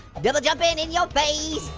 double jumping in your face.